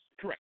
correct